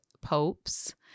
popes